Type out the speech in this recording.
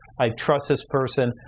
i trust this person.